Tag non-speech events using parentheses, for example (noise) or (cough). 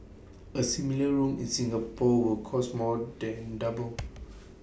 A similar room in Singapore would cost more than double (noise)